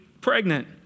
pregnant